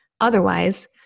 otherwise